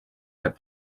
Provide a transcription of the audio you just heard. that